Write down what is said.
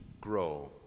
grow